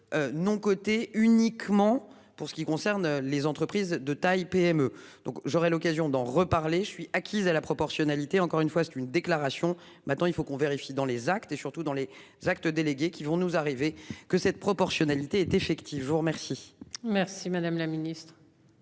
Non cotées uniquement pour ce qui concerne les entreprises de taille PME donc j'aurai l'occasion d'en reparler, je suis acquise à la proportionnalité. Encore une fois c'est une déclaration. Maintenant il faut qu'on vérifie dans les actes et surtout dans les actes délégués qui vont nous arriver que cette proportionnalité est effective, je vous remercie. Merci, madame la Ministre.